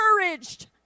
encouraged